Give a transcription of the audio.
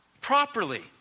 properly